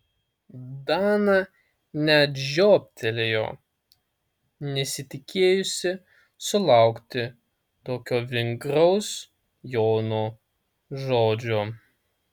dana net žiobtelėjo nesitikėjusi sulaukti tokio vingraus jono žodžio